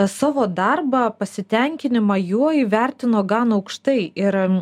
savo darbą pasitenkinimą juo įvertino gan aukštai ir